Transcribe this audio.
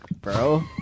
bro